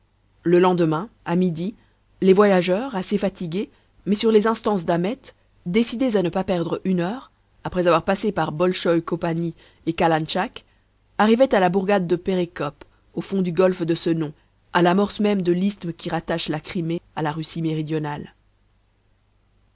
le lendemain à midi les voyageurs assez fatigués mais sur les instances d'ahmet décidés à ne pas perdre une heure après avoir passé par bolschoi kopani et kalantschak arrivaient à la bourgade de pérékop au fond du golfe de ce nom à l'amorce même de l'isthme qui rattache la crimée à la russie méridonale